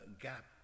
gap